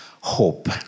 hope